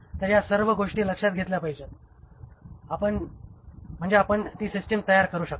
तर त्या सर्व गोष्टी लक्षात घेतल्या पाहिजेत म्हणजे आपण ती सिस्टम तयार करू शकता